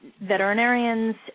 veterinarians